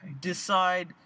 Decide